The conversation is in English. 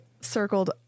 circled